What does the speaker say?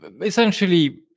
essentially